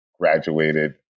graduated